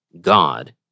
God